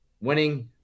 winning